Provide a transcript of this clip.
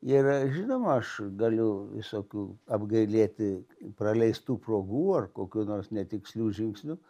ir žinoma aš galiu visokių apgailėti praleistų progų ar kokių nors netikslių žingsnių